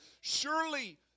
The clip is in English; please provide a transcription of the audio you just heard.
Surely